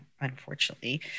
unfortunately